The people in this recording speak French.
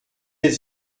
êtes